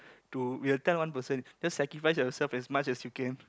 to we will tell one person just sacrifice yourself as much as you can